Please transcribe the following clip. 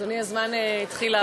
אדוני, הזמן התחיל לעבוד.